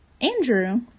Andrew